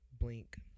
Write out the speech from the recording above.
blink